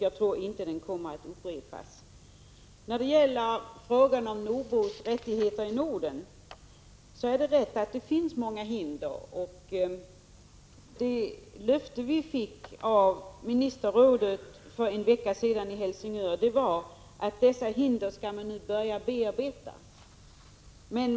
Jag tror inte att detta kommer att upprepas. Det stämmer att det när det gäller nordbors rättigheter i Norden finns många hinder. Det löfte vi fick av ministerrådet för en vecka sedan i Helsingör var att man nu skall börja bearbeta dessa hinder.